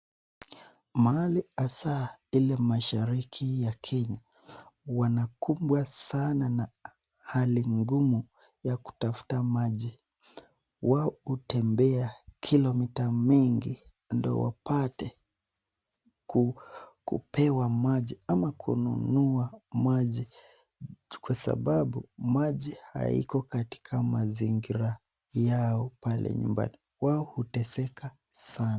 Mahali hasa ile Mashariki ya Kenya wanakumbwa sana na hali ngumu ya kutafuta maji. Wao hutembea kilomita mengi ndio wapate kupewa maji ama kununua maji kwa sababu maji haiko katika mazingira yao pale nyumbani. Wao huteseka sana.